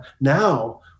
Now